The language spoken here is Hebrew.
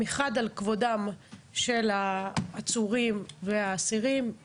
מחד על כבודם של העצורים והאסירים; מאידך,